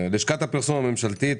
לשכת הפרסום הממשלתית,